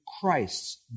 Christ's